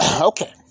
Okay